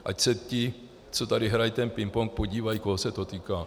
Ať se ti, co tady hrají ten pingpong, podívají, koho se to týká.